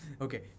Okay